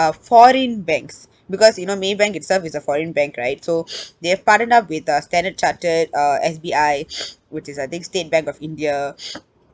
uh foreign banks because you know maybank itself is a foreign bank right so they have partnered up with the standard chartered uh S_B_I which is I think state bank of india